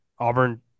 Auburn